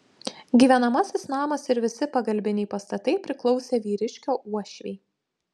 gyvenamasis namas ir visi pagalbiniai pastatai priklausė vyriškio uošvei